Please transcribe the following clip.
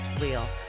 real